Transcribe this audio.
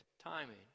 timing